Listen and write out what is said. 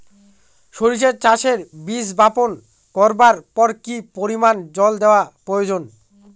সরিষা চাষে বীজ বপন করবার পর কি পরিমাণ জল দেওয়া প্রয়োজন?